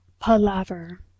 Palaver